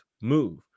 move